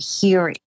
hearing